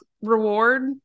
reward